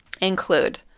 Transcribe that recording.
include